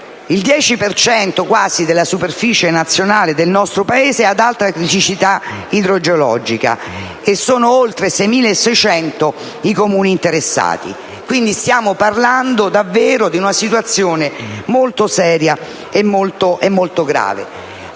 il 10 per cento della superficie nazionale del Paese è ad alta criticità idrogeologica e sono oltre 6.600 i Comuni interessati: quindi, stiamo parlando davvero di una situazione molto seria e grave.